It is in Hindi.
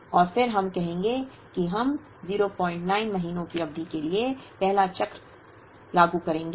और फिर हम कहेंगे कि हम 09 महीनों की अवधि के लिए पहला चक्र लागू करेंगे